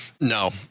No